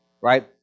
right